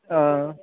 हां